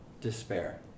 despair